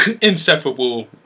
inseparable